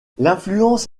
l’influence